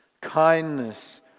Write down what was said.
kindness